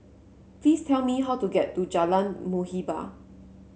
please tell me how to get to Jalan Muhibbah